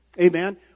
Amen